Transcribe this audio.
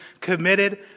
committed